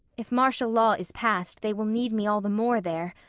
if martial law is passed they will need me all the more there.